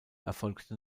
erfolgte